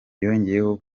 yongeyeho